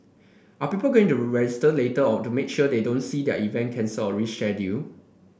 are people going to register later of to make sure they don't see their event cancelled or rescheduled